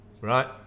Right